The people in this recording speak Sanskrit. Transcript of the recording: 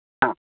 हा